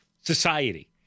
society